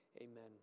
Amen